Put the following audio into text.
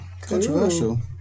Controversial